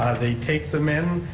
they take them in,